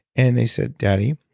and they said daddy,